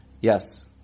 Yes